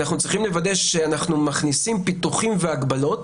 אנחנו צריכים לוודא שאנחנו מכניסים פיתוחים והגבלות